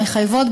המחייבות,